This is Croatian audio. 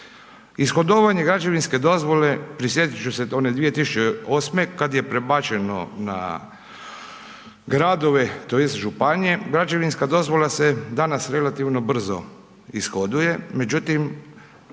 Ishodovanje građevinske dozvole, prisjetiti ću se one 2008. kada je prebačeno na gradove, tj. županije, građevinska dozvola se danas, relativno brzo ishoduje, međutim,